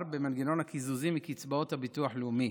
במנגנון הקיזוזים מקצבאות הביטוח הלאומי: